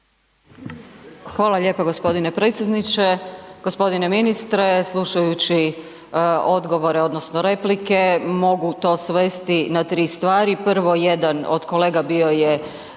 Hvala lijepa gospodine predsjedniče. Gospodine ministre slušajući odgovore odnosno replike mogu to svesti na tri stvar. Prvo jedan od kolega bio je